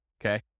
Okay